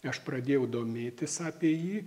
aš pradėjau domėtis apie jį